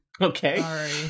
Okay